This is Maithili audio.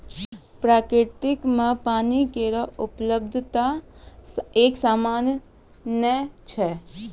प्रकृति म पानी केरो उपलब्धता एकसमान नै छै